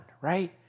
right